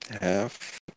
Half